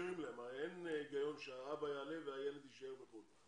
הרי אין היגיון שהאבא יעלה והילד יישאר בחו"ל.